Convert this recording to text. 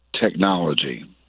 technology